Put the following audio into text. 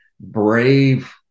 brave